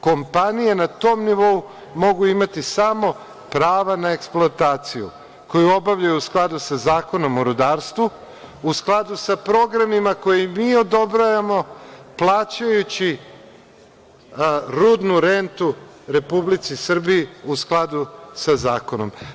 Kompanije na tom nivou mogu imati samo prava na eksploataciju koju obavljaju u skladu sa Zakonom o rudarstvu u skladu, sa programima koji mi odobravamo plaćajući rudnu rentu Republici Srbiji u skladu sa zakonom.